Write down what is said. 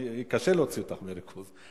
קשה להוציא אותה מריכוז,